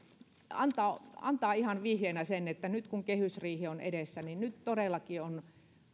antaa antaa ihan vihjeenä sen että nyt kun kehysriihi on edessä niin nyt todellakin on